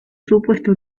supuesto